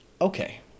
okay